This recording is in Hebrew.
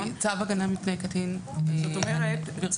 זאת אומרת,